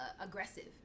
aggressive